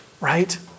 right